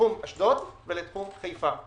לתחום אשדוד ולתחום חיפה.